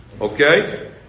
Okay